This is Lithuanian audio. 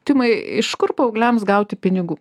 timai iš kur paaugliams gauti pinigų